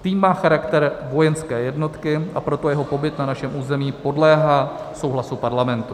Tým má charakter vojenské jednotky, a proto jeho pobyt na našem území podléhá souhlasu Parlamentu.